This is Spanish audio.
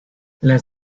las